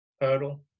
hurdle